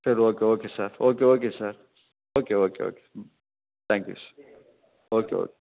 sir okay okay sir okay okay sir okay okay okay hmm thank you sir okay okay